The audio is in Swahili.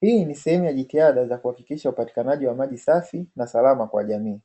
Hii ni sehemu ya jitihada za kuhakikisha upatikanaji wa maji safi na salama kwa jamii.